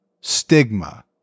stigma